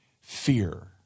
fear